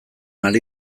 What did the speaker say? ari